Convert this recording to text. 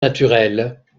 naturelles